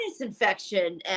infection